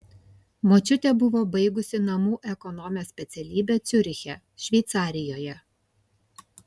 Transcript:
močiutė buvo baigusi namų ekonomės specialybę ciuriche šveicarijoje